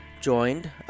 joined